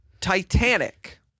Titanic